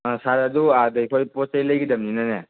ꯑ ꯁꯥꯔ ꯑꯗꯨ ꯑꯥꯗ ꯑꯩꯈꯣꯏ ꯄꯣꯠ ꯆꯩ ꯂꯩꯒꯗꯕꯅꯤꯅꯅꯦ